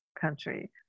country